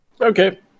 Okay